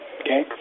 okay